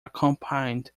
accompanied